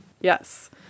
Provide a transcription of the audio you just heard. Yes